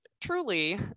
truly